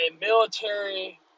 military